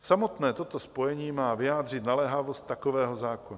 Samotné toto spojení má vyjádřit naléhavost takového zákona.